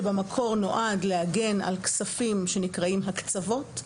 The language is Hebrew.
שבמקור נועד להגן על כספים שנקראים הקצוות.